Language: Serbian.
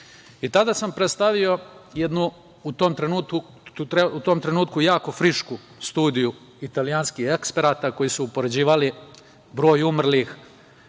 ljudi. Tada sam predstavio jednu u tom trenutku jako frišku studiju italijanskih eksperata koji su upoređivali broj umrlih